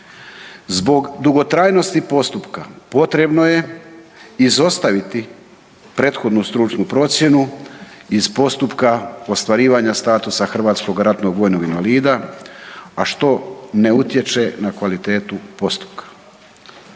Zbog dugotrajnosti postupka, potrebno je izostaviti prethodnu stručnu procjenu iz postupka ostvarivanja statusa hrvatskog ratnog vojnog invalida a što ne utječe na kvalitetu postupka.